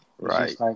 right